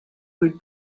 would